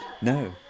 No